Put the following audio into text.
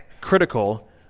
critical